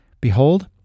Behold